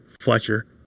Fletcher